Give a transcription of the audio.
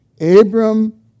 Abram